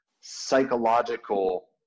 psychological